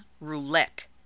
roulette